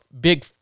big